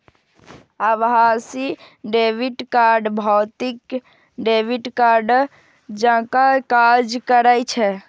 आभासी debit card भौतिक debit कार्डे जकां काज करै छै